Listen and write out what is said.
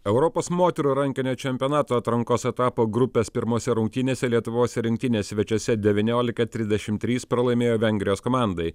europos moterų rankinio čempionato atrankos etapo grupės pirmose rungtynėse lietuvos rinktinė svečiuose devyniolika trisdešim trys pralaimėjo vengrijos komandai